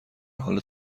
حال